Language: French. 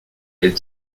elles